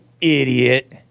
idiot